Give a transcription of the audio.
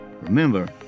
Remember